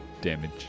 damage